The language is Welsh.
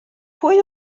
pwy